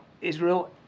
Israel